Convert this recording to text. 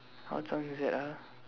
what song is that ah